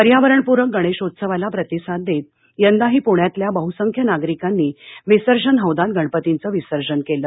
पर्यावरणप्रक गणेशोत्सवाला प्रतिसाद देत यंदाही पुण्यातल्या बहसंख्य नागरिकांनी विसर्जन हौदात गणपतींचं विसर्जन केलं